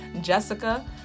Jessica